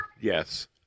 Yes